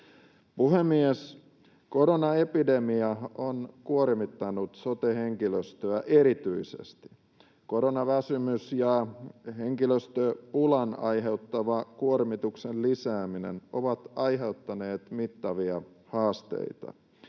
Puhemies! Koronaepidemia on kuormittanut sote-henkilöstöä erityisesti. Koronaväsymys ja henkilöstöpulan aiheuttama kuormituksen lisääminen ovat aiheuttaneet mittavia haasteita.